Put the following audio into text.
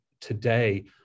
today